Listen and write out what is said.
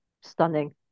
stunning